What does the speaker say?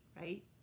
right